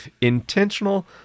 intentional